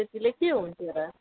त्यतिले के हुन्थ्यो र